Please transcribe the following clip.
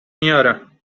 میارم